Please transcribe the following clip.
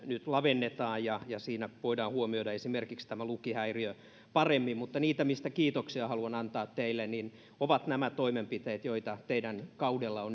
nyt lavennetaan ja siinä voidaan huomioida esimerkiksi tämä lukihäiriö paremmin mutta niitä mistä kiitoksia haluan antaa teille ovat nämä toimenpiteet joita teidän kaudellanne